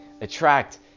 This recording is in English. attract